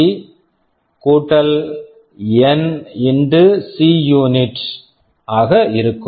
இ என் C unit CNRE N Cunit ஆக இருக்கும்